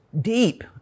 deep